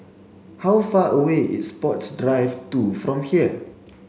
how far away is Sports Drive two from here